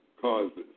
causes